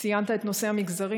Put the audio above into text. ציינת את נושא המגזרים,